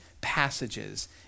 passages